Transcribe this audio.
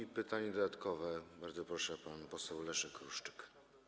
I pytanie dodatkowe, bardzo proszę, pan poseł Leszek Ruszczyk.